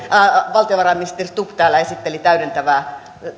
valtiovarainministeri stubb täällä esitteli talousarviota täydentävää